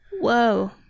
Whoa